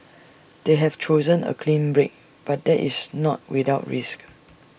they have chosen A clean break but that is not without risk